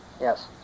Yes